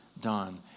done